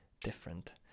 different